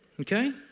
Okay